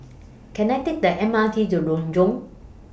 Can I Take The M R T to Renjong